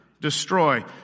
Destroy